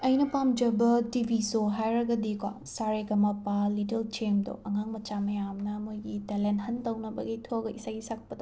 ꯑꯩꯅ ꯄꯥꯝꯖꯕ TV show ꯁꯣ ꯍꯥꯏꯔꯒꯗꯤꯀꯣ ꯁꯥ ꯔꯦ ꯒꯥ ꯃꯥ ꯄꯥ ꯂꯤꯇꯜ ꯂꯤꯇꯜ ꯆꯦꯝꯗꯣ ꯑꯉꯥꯡ ꯃꯆꯥ ꯃꯌꯥꯝꯅ ꯃꯣꯏꯒꯤ ꯇꯦꯂꯦꯟ ꯍꯟꯠ ꯇꯧꯅꯕꯒꯤ ꯊꯣꯛꯑꯒ ꯏꯁꯩ ꯁꯛꯄꯗꯣ